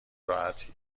راحتی